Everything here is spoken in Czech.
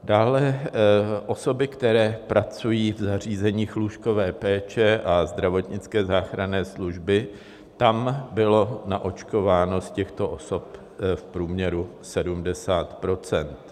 Dále osoby, které pracují v zařízeních lůžkové péče a zdravotnické záchranné služby: tam bylo naočkováno z těchto osob v průměru 70 %.